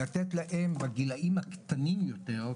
להם ילדים קטנים כן?